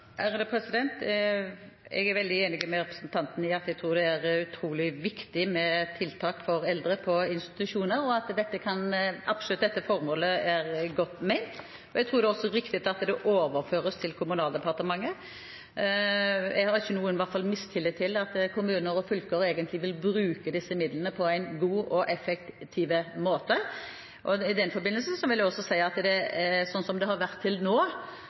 Jeg er veldig enig med representanten. Jeg tror det er utrolig viktig med tiltak for eldre på institusjoner, og at dette formålet absolutt er godt ment. Jeg tror også det er riktig at det overføres til Kommunal- og moderniseringsdepartementet. Jeg har i hvert fall ikke noen mistillit til at kommuner og fylker egentlig vil bruke disse midlene på en god og effektiv måte. I den forbindelse vil jeg også si at sånn som det har vært til nå,